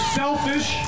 selfish